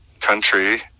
country